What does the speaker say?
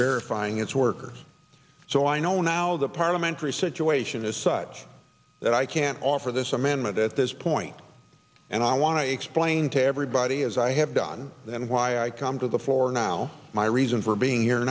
verifying its workers so i know now the parliamentary situation is such that i can't offer this amendment at this point and i want to explain to everybody as i have done then why i come to the floor now my reason for being here